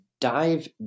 dive